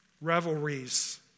revelries